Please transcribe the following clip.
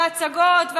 ההצגות,